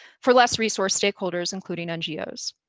for less resource stakeholders including ngos.